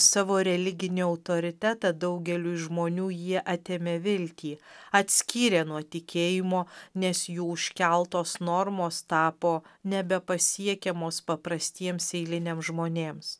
savo religinį autoritetą daugeliui žmonių jie atėmė viltį atskyrė nuo tikėjimo nes jų užkeltos normos tapo nebepasiekiamos paprastiems eiliniam žmonėms